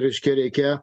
reiškia reikia